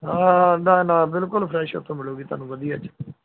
ਹਾਂ ਨਾ ਨਾ ਬਿਲਕੁਲ ਫਰੈਸ਼ ਉੱਥੋਂ ਮਿਲੂਗੀ ਤੁਹਾਨੂੰ ਵਧੀਆ 'ਚ